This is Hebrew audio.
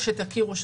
שתכירו,